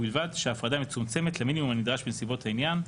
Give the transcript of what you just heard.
ובלבד שההפרדה מצומצמת למינימום הנדרש בנסיבות העניין,